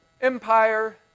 empire